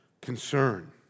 concern